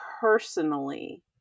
personally